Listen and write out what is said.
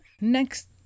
Next